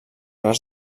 les